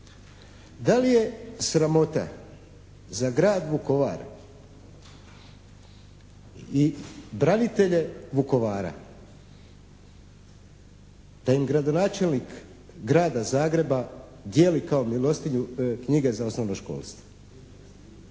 Da li je sramota za grad Vukovar i branitelje Vukovara da im gradonačelnik Grada Zagreba dijeli kao milostinju knjige za osnovno školstvo?